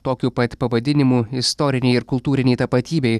tokiu pat pavadinimu istorinei ir kultūrinei tapatybei